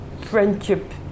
friendship